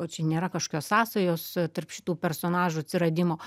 o čia nėra kažkokios sąsajos tarp šitų personažų atsiradimo